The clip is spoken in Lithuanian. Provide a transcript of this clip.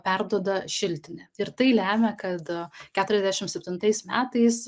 perduoda šiltinę ir tai lemia kad keturiasdešim septintais metais